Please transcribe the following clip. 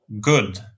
good